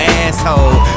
asshole